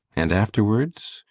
and afterwards?